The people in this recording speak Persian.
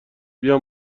بیا